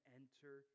enter